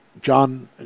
John